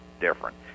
different